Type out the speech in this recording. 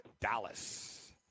Dallas